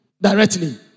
directly